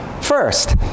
first